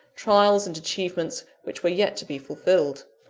trials and achievements, which were yet to be fulfilled.